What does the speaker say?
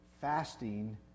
fasting